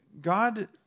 God